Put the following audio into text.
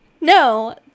No